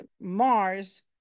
mars